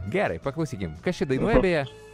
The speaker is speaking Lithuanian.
gerai paklausykime kas čia dainuoja beje